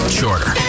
shorter